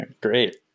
great